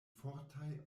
fortaj